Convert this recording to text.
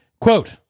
Quote